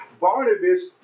Barnabas